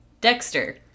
Dexter